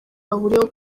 bahuriyeho